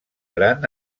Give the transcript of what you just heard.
gran